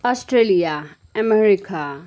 Australia America